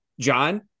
John